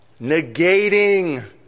negating